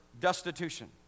destitution